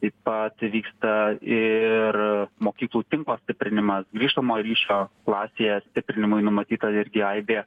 taip pat vyksta ir mokyklų tinklo stiprinimas grįžtamo ryšio klasėje stiprinimui numatyta irgi aibė